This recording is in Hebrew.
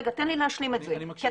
רגע תן לי להשלים את זה.